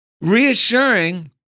reassuring